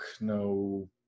no